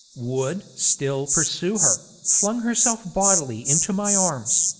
would still pursue her flung herself bodily into my arms,